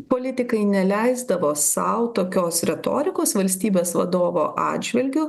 politikai neleisdavo sau tokios retorikos valstybės vadovo atžvilgiu